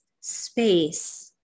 space